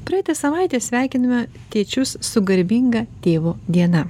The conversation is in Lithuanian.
praeitą savaitę sveikinome tėčius su garbinga tėvo diena